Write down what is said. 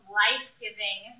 life-giving